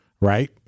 Right